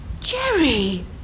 Jerry